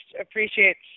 appreciates